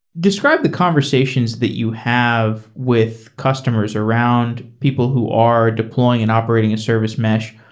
describe the conversations that you have with customers around people who are deploying and operating a service mash.